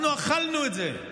אנחנו אכלנו את זה.